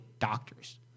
doctors